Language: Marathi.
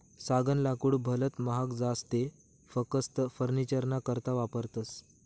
सागनं लाकूड भलत महाग जास ते फकस्त फर्निचरना करता वापरतस